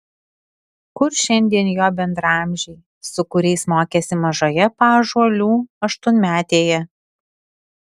kur šiandien jo bendraamžiai su kuriais mokėsi mažoje paąžuolių aštuonmetėje